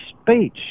speech